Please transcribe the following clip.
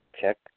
check